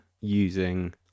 using